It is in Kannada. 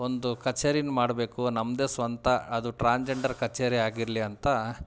ಒಂದು ಕಚೇರಿನ ಮಾಡಬೇಕು ನಮ್ಮದೇ ಸ್ವಂತ ಅದು ಟ್ರಾನ್ಜಂಡರ್ ಕಚೇರಿ ಆಗಿರಲಿ ಅಂತಾ